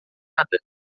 nada